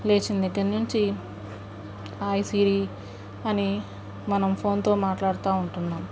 లేచిన దగ్గర నుంచి హాయ్ సిరి అని మనం ఫోన్తో మాట్లాడతు ఉంటున్నాం